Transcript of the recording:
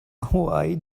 why